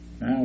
Now